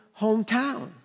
hometown